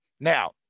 Now